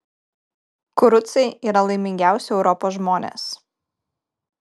kurucai yra laimingiausi europos žmonės